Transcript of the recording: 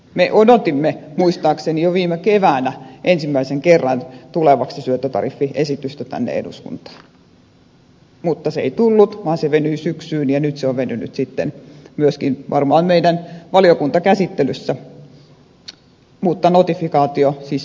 me odotimme muistaakseni jo viime keväänä syöttötariffiesityksen tulevan ensimmäisen kerran tänne eduskuntaan mutta se ei tullut vaan se venyi syksyyn ja nyt se on venynyt varmaan myöskin meidän valiokuntakäsittelyssämme mutta notifikaatio siis vielä enemmän